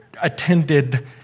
attended